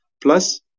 plus